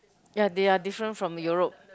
ya they are different from Europe